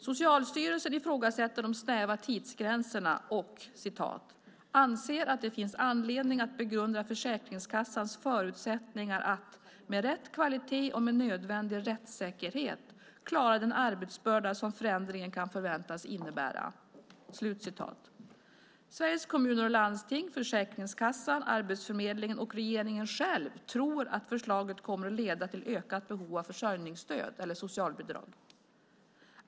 Socialstyrelsen ifrågasätter de snäva tidsgränserna och "anser att det finns anledning att begrunda Försäkringskassans förutsättningar att, med rätt kvalitet och med nödvändig rättssäkerhet, klara den arbetsbörda som förändringen kan förväntas innebära". Sveriges Kommuner och Landsting, Försäkringskassan, Arbetsförmedlingen och regeringen själv tror att förslaget kommer att leda till ökat behov av försörjningsstöd eller socialbidrag.